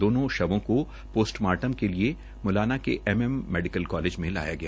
दोनों शवों को पोस्टमार्टम के लिए म्लाना के एम एम मेडिकल कॉलेज में लाया गया है